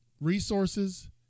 resources